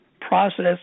process